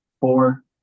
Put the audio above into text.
four